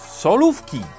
solówki